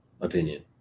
opinion